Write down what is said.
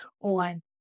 on